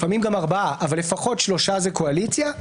לפעמים גם ארבעה, אבל לפחות שלושה הם מהקואליציה,